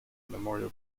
memorial